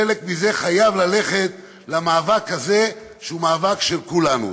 חלק מזה חייב ללכת למאבק הזה, שהוא מאבק של כולנו.